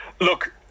Look